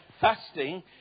fasting